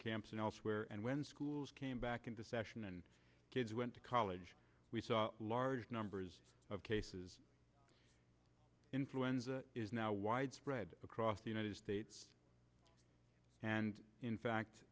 camps and elsewhere and when schools came back into session and kids went to college we saw large numbers of cases influenza is now widespread across the united states and in fact